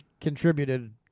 contributed